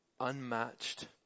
unmatched